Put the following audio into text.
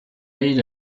need